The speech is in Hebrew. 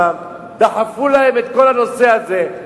דחפו להן את כל הנושא הזה,